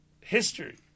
History